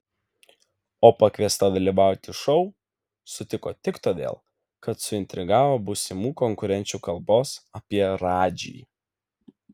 o pakviesta dalyvauti šou sutiko tik todėl kad suintrigavo būsimų konkurenčių kalbos apie radžį